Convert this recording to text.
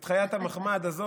את חיית המחמד הזאת.